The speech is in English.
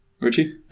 Richie